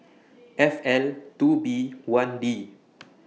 F L two B one D